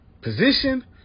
position